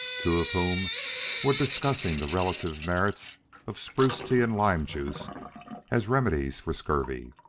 two of whom were discussing the relative merits of spruce-tea and lime-juice as remedies for scurvy.